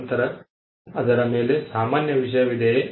ನಂತರ ಅದರ ಮೇಲೆ ಸಾಮಾನ್ಯ ವಿಷಯವಿದೆಯೇ